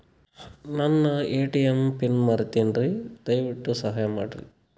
ನನ್ನ ATM PIN ಮರೆತೇನ್ರೀ, ದಯವಿಟ್ಟು ಸಹಾಯ ಮಾಡ್ರಿ